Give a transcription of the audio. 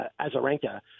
Azarenka